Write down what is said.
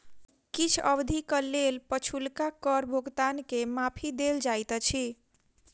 किछ अवधिक लेल पछुलका कर भुगतान के माफी देल जाइत अछि